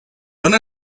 dona